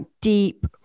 deep